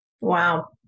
Wow